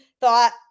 thought